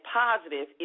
positive